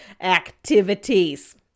activities